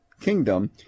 kingdom